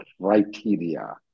criteria